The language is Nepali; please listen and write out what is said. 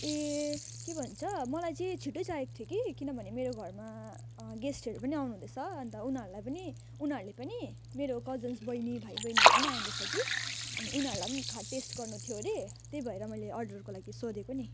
ए के भन्छ मलाई चाहिँ छिट्टै चाहिएको थियो कि किनभने मेरो घरमा गेस्टहरू पनि आउनु हुँदैछ अन्त उनीहरूलाई पनि उनीहरूले पनि मेरो कजन्स बैनी भाइबैनीहरू पनि आउँदैछ कि अनि उनीहरूलाई पनि खा टेस्ट गर्नु थियो अरे त्यही भएर मैले अर्डरको लागि सोधेको नि